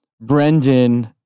Brendan